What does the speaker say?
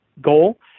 goal